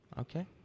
Okay